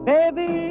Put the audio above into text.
Baby